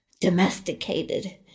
domesticated